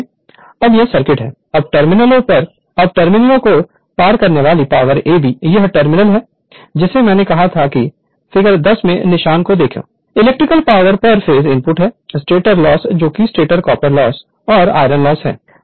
Refer Slide Time 0337 तो इस मामले में अब यह सर्किट है अब टर्मिनलों को पार करने वाली पावर a b यह टर्मिनल है जिसे मैंने कहा था कि फिगर 10 में निशान को देखो electrical power per phase input है स्टेटर लॉस जो कि स्टेटर कॉपर लॉस और आयरन लॉस है